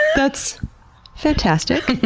that's fantastic.